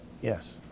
Yes